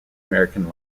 american